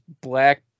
black